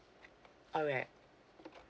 alright